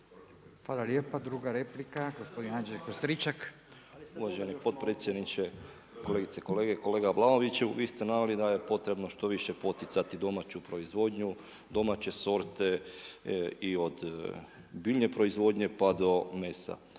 Hvala lijepa. Druga replika gospodin Anđelko Stričak. **Stričak, Anđelko (HDZ)** Uvaženi potpredsjedniče, kolegice i kolege. Kolega Vlaoviću, vi ste naveli da je potrebno što više poticati domaću proizvodnju, domaće sorte i od biljne proizvodnje pa do mesa.